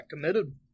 committed